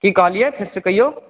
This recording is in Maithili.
की कहलियै फेरसॅं क़हियौ